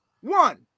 One